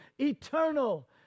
eternal